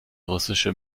russische